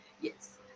yes